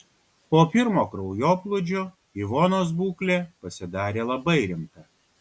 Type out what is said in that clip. po pirmo kraujoplūdžio ivonos būklė pasidarė labai rimta